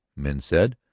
men said,